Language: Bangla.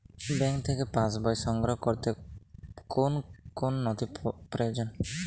ব্যাঙ্ক থেকে পাস বই সংগ্রহ করতে কোন কোন নথি প্রয়োজন?